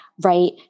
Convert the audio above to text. right